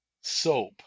soap